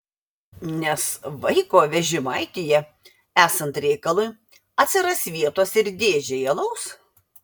nes vaiko vežimaityje esant reikalui atsiras vietos ir dėžei alaus